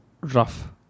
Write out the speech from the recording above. rough